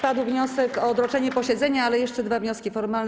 Padł wniosek o odroczenie posiedzenia, ale jeszcze dwa wnioski formalne.